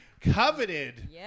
coveted